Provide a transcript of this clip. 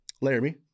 Laramie